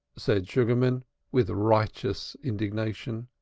said sugarman with righteous indignation.